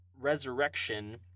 resurrection